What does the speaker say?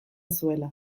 zuela